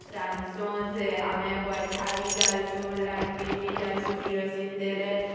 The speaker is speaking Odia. ରାନ୍ଧ୍ସୁଁ ସେ ଆମେ ବୈଠା ବି ଜାଲ୍ସୁଁ ଲାଲ୍ଟିନ୍ ବି ଜାଲ୍ସୁଁ କିରୋସିନ୍ ତେଲ୍ ଏ